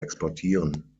exportieren